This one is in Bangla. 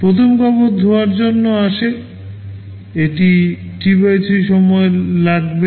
প্রথম কাপড় ধোয়ার জন্য আসে এটি T 3 সময় লাগবে